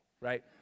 right